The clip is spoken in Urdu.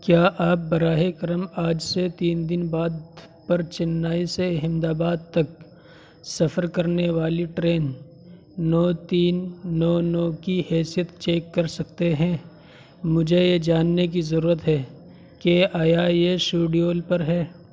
کیا آپ براہ کرم آج سے تین دن بعد پر چنئی سے احمد آباد تک سفر کرنے والی ٹرین نو تین نو نو کی حیثیت چیک کر سکتے ہیں مجھے یہ جاننے کی ضرورت ہے کہ آیا یہ شیڈول پر ہے